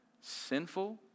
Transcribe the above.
sinful